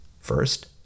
First